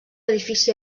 edifici